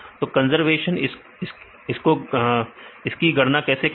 तो कंजर्वशन इसको की गणना कैसे करें